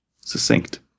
Succinct